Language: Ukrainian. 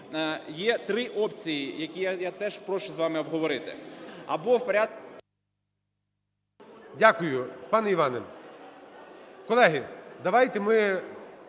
є три опції, які я теж прошу з вами обговорити. Або в порядку… ГОЛОВУЮЧИЙ. Дякую. Пане Іване, колеги, давайте ми…